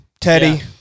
Teddy